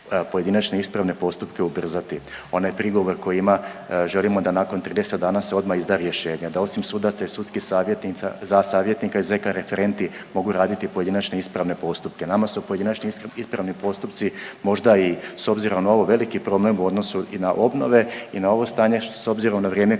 pojedinačne ispravne postupke ubrzati, onaj prigovor koji ima želimo da nakon 30 dana se odma izda rješenje, da osim sudaca i sudskih savjetnica za savjetnika i zk referenti mogu raditi pojedinačne ispravne postupke. Nama su pojedinačni ispravni postupci možda i s obzirom na ovo veliki problem u odnosu i na obnove i na ovo stanje s obzirom na vrijeme koje